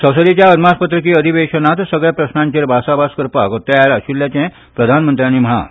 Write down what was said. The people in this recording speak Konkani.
संसदेच्या अदमासपत्रकी अधिवेशनांत सगल्या प्रस्नांचर भासाभास करपाक तयार आशिल्ल्याचें प्रधानमंत्र्यांनी म्हळां